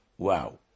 Wow